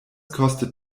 kostet